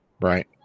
Right